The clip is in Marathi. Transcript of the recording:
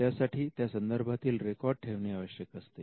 त्यासाठी त्यासंदर्भातील रेकॉर्ड ठेवणे आवश्यक असते